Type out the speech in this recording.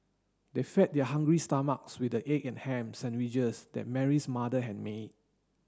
they fed their hungry stomachs with the egg and ham sandwiches that Mary's mother had made